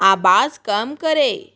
आवाज़ कम करें